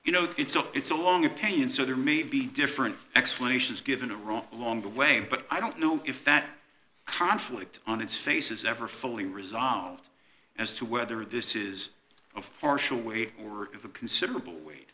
you know it's oh it's a long opinion so there may be different explanations given a wrong along the way but i don't know if that conflict on its face is ever fully resolved as to whether this is of partial weight or of a considerable weight